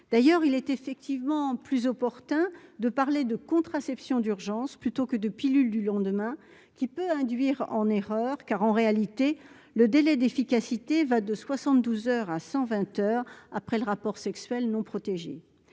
d'ailleurs il est effectivement plus opportun de parler de contraception d'urgence, plutôt que de pilules du lendemain qui peut induire en erreur car, en réalité, le délai d'efficacité va de 72 heures à 120 heures après le rapport sexuel non protégé,